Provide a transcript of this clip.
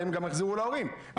האם גם יחזירו להורים?